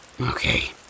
Okay